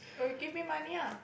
oh you give me money ah